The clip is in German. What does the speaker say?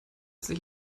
sich